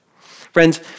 Friends